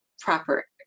proper